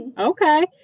Okay